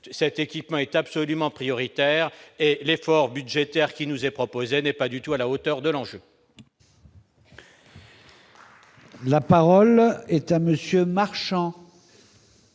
cet équipement est absolument prioritaire et l'effort budgétaire qui nous est proposé n'est pas du tout à la hauteur de l'enjeu. La parole est à monsieur Marchand.